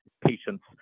patients